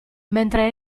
mentre